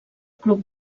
club